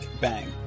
Bang